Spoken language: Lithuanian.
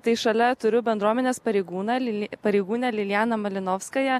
tai šalia turiu bendruomenės pareigūną lili pareigūnę lilijaną malinovskają